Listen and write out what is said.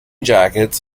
jackets